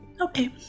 Okay